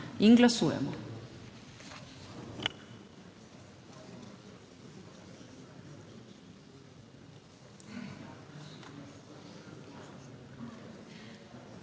in glasujemo